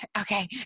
Okay